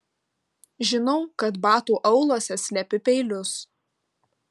žinau kad batų auluose slepi peilius